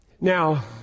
Now